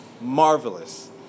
marvelous